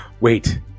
Wait